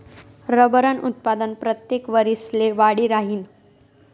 रबरनं उत्पादन परतेक वरिसले वाढी राहीनं